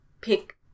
pick